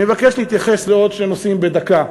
אני מבקש להתייחס לעוד שני נושאים בדקה.